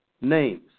names